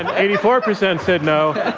and eighty four percent said no.